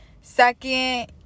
second